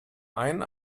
ein